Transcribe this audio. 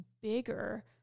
bigger